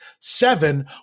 Seven